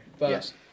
Yes